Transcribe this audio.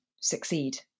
succeed